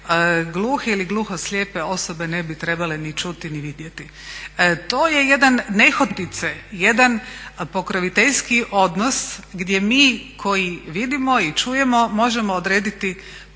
gluhe ili gluhoslijepe osobe ne bi trebale ni čuti ni vidjeti. To je nehotice jedan pokroviteljski odnos gdje mi koji vidimo i čujemo možemo odrediti tko